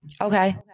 okay